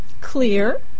Clear